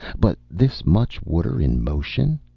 but this much water in motion?